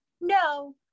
no